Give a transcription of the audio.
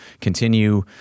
continue